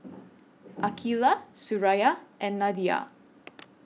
Aqeelah Suraya and Nadia